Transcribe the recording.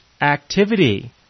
activity